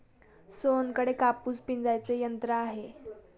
सोहनकडे कापूस पिंजायचे यंत्र आहे